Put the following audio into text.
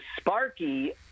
Sparky